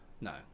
No